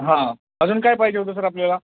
हां अजून काय पाहिजे होतं सर आपल्याला